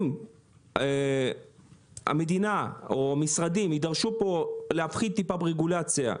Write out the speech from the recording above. אם המדינה או המשרדים יידרשו פה להפחית טיפה ברגולציה,